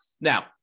Now